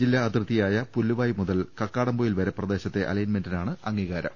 ജില്ലാ അതിർത്തിയായ പൂല്ലുവായ് മുതൽ കക്കാടംപൊയിൽ വരെ പ്രദേശത്തെ അലൈൻമെന്റിനാണ് അംഗീകാരം